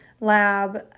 lab